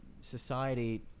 society